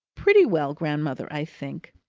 pretty well, grandmother, i think.